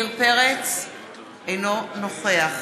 אינו נוכח